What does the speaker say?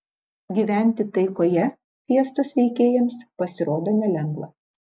gyventi taikoje fiestos veikėjams pasirodo nelengva